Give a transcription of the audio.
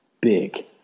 big